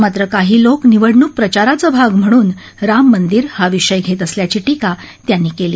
मात्र काही लोक निवडणूक प्रचाराचा भाग म्हणून राम मर्दिर हा विषय घेत असल्याची टीका त्याप्ती केली